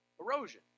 erosion